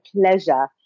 pleasure